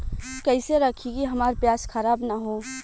कइसे रखी कि हमार प्याज खराब न हो?